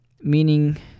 Meaning